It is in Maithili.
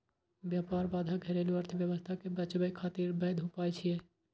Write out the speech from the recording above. व्यापार बाधा घरेलू अर्थव्यवस्था कें बचाबै खातिर वैध उपाय छियै